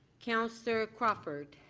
councillor crawford.